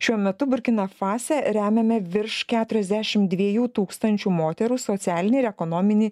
šiuo metu burkina fase remiame virš keturiasdešimt dviejų tūkstančių moterų socialinį ir ekonominį